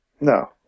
no